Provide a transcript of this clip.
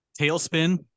Tailspin